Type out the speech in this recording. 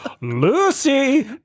lucy